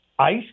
Ice